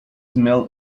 smell